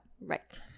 right